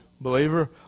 believer